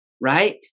Right